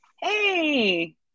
Hey